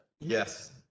Yes